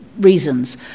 reasons